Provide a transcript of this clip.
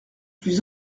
plus